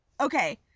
okay